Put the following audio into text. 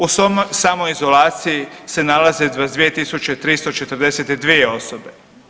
U samoizolaciji se nalaze 22.342 osobe.